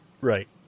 Right